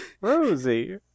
Rosie